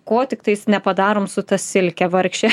ko tiktais nepadarom su ta silke vargše